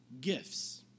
gifts